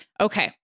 Okay